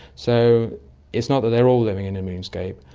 so it's not that they're all living in a moonscape.